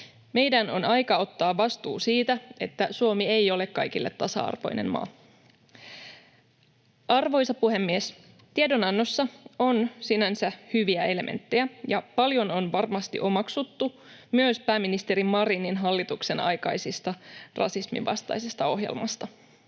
Meidän on aika ottaa vastuu siitä, että Suomi ei ole kaikille tasa-arvoinen maa. Arvoisa puhemies! Tiedonannossa on sinänsä hyviä elementtejä, ja paljon on varmasti omaksuttu myös pääministeri Marinin hallituksen aikaisesta rasisminvastaisesta ohjelmasta.